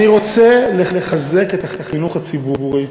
אני רוצה לחזק את החינוך הציבורי,